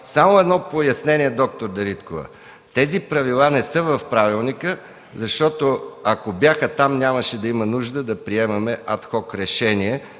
едно пояснение. Тези правила не са в правилника, защото ако бяха там, нямаше да има нужда да приемаме ад хок решение